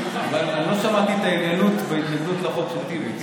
אבל לא שמעתי את הענייניות בהתנגדות לחוק של טיבי,